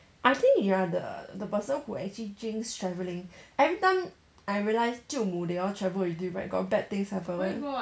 I think you are the the person who actually jinx travelling everytime I realise 舅母 they all travel with you right got bad things happen [one]